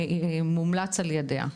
שמומלץ על ידיה.